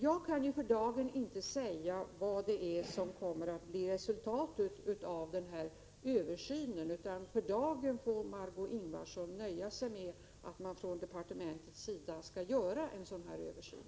Jag kan för dagen inte säga vad resultatet kommer att bli av denna översyn. För dagen får Margö Ingvardsson nöja sig med att departementet skall göra en sådan översyn.